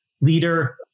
leader